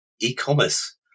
e-commerce